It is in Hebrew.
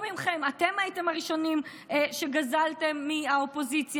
מכם אתם הייתם הראשונים שגזלתם מהאופוזיציה,